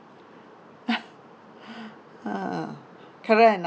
ah correct or not